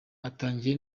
atangiye